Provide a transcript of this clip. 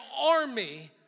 army